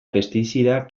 pestizida